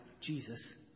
Jesus